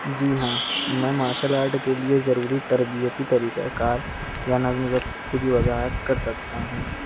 جی ہاں میں martial art کے لیے ضروری تربیتی طریقۂ کار یا نظم و ضبط کی وضاحت کر سکتا ہوں